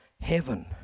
heaven